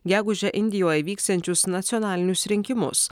gegužę indijoje vyksiančius nacionalinius rinkimus